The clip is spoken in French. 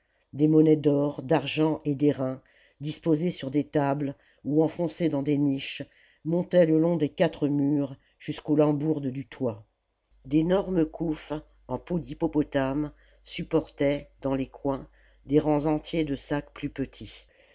des monnaies d'or d'argent et d'airain disposées sur des tables ou enfoncées dans des niches montaient le long des quatre murs jusqu'aux lambourdes du toit d'énormes couffes en peau d'hippopotame supportaient dans les coins des rangs entiers de sacs plus petits